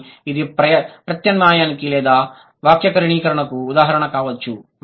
కానీ ఇది ప్రత్యామ్నాయానికి లేదా వ్యాకరణీకరణకు ఉదాహరణ కావచ్చు